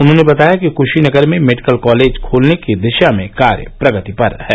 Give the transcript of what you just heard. उन्होंने बताया कि क्शीनगर में मेडिकल कॉलेज खोलने की दिशा में कार्य प्रगति पर है